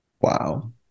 Wow